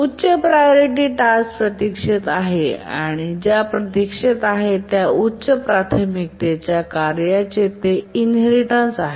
उच्च priority task प्रतीक्षेत आहे आणि ज्या प्रतीक्षेत आहे त्या उच्च प्राथमिकतेच्या कार्याचे ते इनहेरिटेन्स आहेत